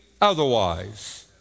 otherwise